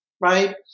right